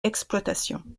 exploitation